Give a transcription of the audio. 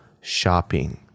shopping